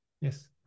Yes